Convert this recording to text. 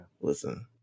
listen